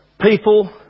People